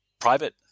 private